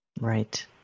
Right